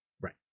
right